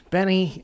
Benny